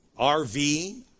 rv